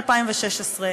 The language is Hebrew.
וזאת עבודת החקיקה.